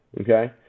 okay